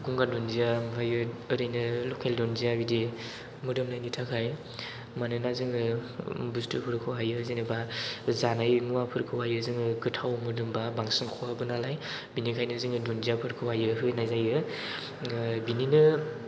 गंगार दुन्दिया ओमफ्रायो ओरैनो लकेल दुन्दिया बिदि मोदोमनायनि थाखाय मानोना जोङो बुस्थुफोरखौहायो जेनेबा जानाय मुवाफोरखौहायो जोङो गोथाव मोदोमबा बांसिन खहाबो नालाय बेनिखायनो जोङो दुन्दियाफोरखौहायो होनाय जायो बिनिनो